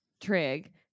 Trig